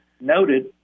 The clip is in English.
noted